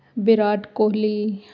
Virat Kohli